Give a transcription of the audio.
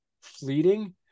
fleeting